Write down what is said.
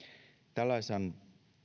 tällaisen